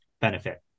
benefit